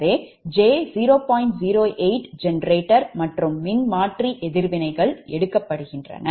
08 generator மற்றும் மின்மாற்றி எதிர்வினைகள் எடுக்கப்படுகின்றன